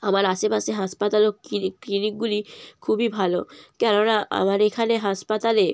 আমার আশেপাশে হাসপাতাল ও ক্লিনিকগুলি খুবই ভালো কেননা আমার এখানে হাসপাতালে